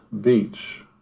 beach